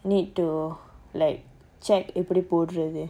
need to like check எப்படிபோட்றது:epdi podrathu